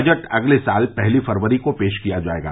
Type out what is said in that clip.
budget अगले साल पहली फरवरी को पेश किया जाएगा